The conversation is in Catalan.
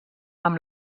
amb